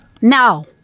No